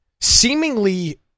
seemingly